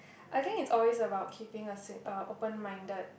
I think it's always about keeping a thing ah open minded